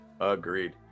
agreed